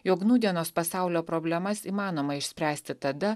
jog nūdienos pasaulio problemas įmanoma išspręsti tada